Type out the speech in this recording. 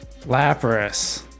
Lapras